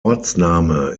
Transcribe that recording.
ortsname